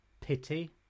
pity